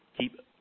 keep